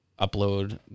upload